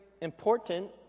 important